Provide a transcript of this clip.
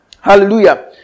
Hallelujah